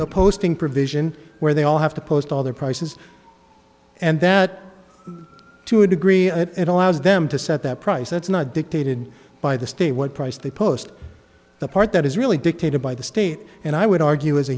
no posting provision where they all have to post all their prices and that to a degree that allows them to set that price it's not dictated by the state what price they post the part that is really dictated by the state and i would argue as a